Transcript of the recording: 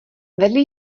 vedli